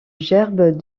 gerbe